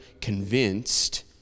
convinced